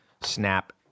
Snap